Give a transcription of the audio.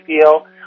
feel